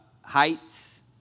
heights